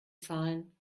zahlen